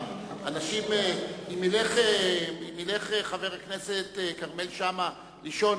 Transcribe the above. אם ילך חבר הכנסת כרמל שאמה לישון,